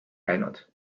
käinud